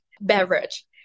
beverage